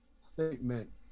statement